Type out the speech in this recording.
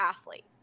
athlete